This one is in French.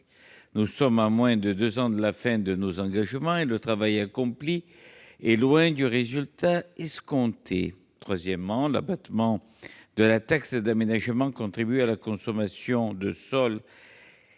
Nous sommes à moins de deux ans de la fin de nos engagements, et le travail accompli est loin du résultat escompté ! Troisièmement, l'abattement de la taxe d'aménagement contribue à la consommation des sols